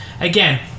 again